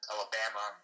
Alabama